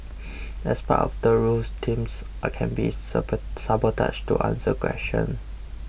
as part of the rules teams I can be sabotaged to answer questions